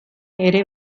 ere